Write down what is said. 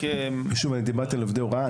שוב, אני דיברתי על עובדי הוראה.